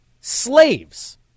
slaves